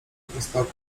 prostokąt